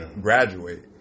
graduate